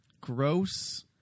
gross